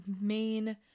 main